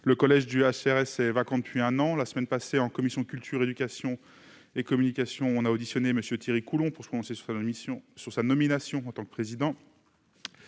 Le collège du Hcéres est vacant depuis un an. La semaine passée, la commission de la culture, de l'éducation et de la communication a auditionné M. Thierry Coulhon pour se prononcer sur sa nomination en tant que président,